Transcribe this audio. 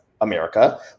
America